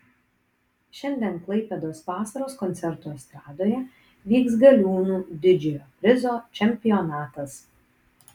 šiandien klaipėdos vasaros koncertų estradoje vyks galiūnų didžiojo prizo čempionatas